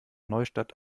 neustadt